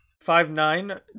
Five-nine